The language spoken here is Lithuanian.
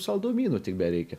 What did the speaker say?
saldumynų tik bereikia